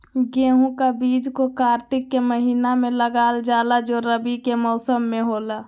गेहूं का बीज को कार्तिक के महीना में लगा जाला जो रवि के मौसम में होला